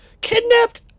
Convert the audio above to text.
Kidnapped